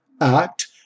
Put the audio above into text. act